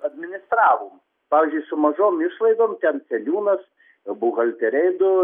administravom pavyzdžiui su mažom išlaidom ten seniūnas buhalteriai du